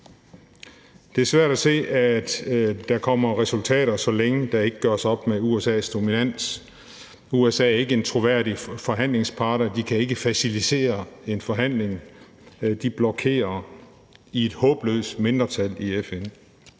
Det er svært at se, at der kommer resultater, så længe der ikke gøres op med USA's dominans. USA er ikke en troværdig forhandlingspart; de kan ikke facilitere en forhandling. De blokerer i et håbløst mindretal i FN.